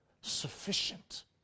sufficient